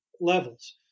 levels